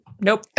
Nope